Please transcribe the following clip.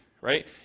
right